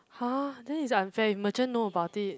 !huh! this is unfair if merchant know about it